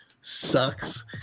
sucks